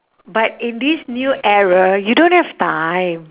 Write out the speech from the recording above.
but in this new era you don't have time